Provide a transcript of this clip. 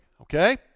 okay